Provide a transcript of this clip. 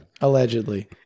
Allegedly